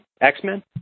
X-Men